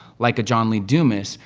like a john lee dumas,